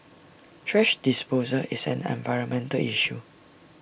thrash disposal is an environmental issue